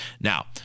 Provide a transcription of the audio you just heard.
now